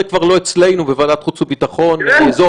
זה כבר לא אצלנו בוועדת החוץ והביטחון אזור